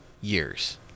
years